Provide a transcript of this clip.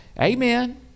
amen